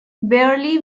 barely